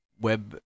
web